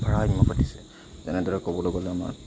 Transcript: ভাৰসাম্য ঘটিছে যেনে ধৰক ক'বলৈ গ'লে আমাৰ